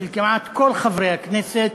של כמעט כל חברי הכנסת,